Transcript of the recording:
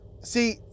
See